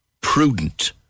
prudent